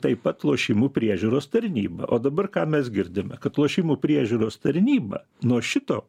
taip pat lošimų priežiūros tarnyba o dabar ką mes girdime kad lošimų priežiūros tarnyba nuo šito